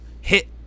hit